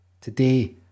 today